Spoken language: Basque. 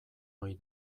ohi